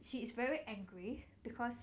she is very angry because